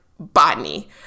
botany